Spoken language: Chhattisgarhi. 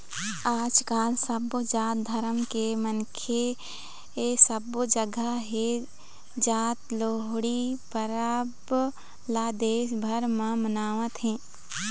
आजकाल सबो जात धरम के मनखे सबो जघा हे त लोहड़ी परब ल देश भर म मनावत हे